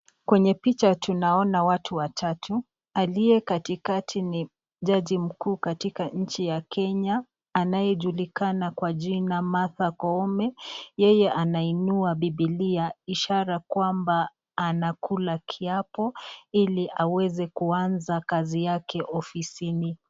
Kwenye picha tunaona watu watatu, aliye katikati ni jaji mkuu katika nchi ya Kenya anayejulikana kwa jina Martha Koome, yeye anainua Bibilia ishara kwamba anakula kiapo ili aweze kuanza kazi yake ofisini.